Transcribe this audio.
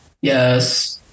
Yes